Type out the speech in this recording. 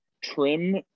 trim